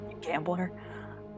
gambler